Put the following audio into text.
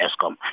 ESCOM